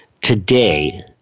today